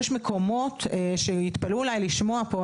יש מקומות שיתפלאו אולי לשמוע פה,